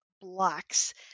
blocks